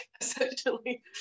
essentially